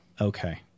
Okay